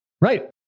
Right